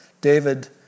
David